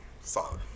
Solid